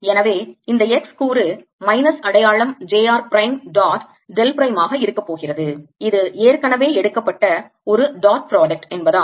எனவே இந்த x கூறு மைனஸ் அடையாளம் j r prime dot del prime ஆக இருக்க போகிறது இது ஏற்கனவே எடுக்கப்பட்ட ஒரு dot product புள்ளி பெருக்கல் பலன் என்பதால்